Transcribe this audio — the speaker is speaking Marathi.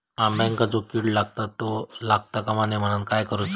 अंब्यांका जो किडे लागतत ते लागता कमा नये म्हनाण काय करूचा?